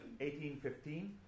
1815